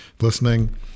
listening